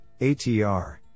ATR